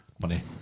money